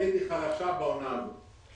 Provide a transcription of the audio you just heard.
הישראלית היא חלשה בעונה הזאת.